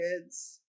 kids